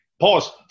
pause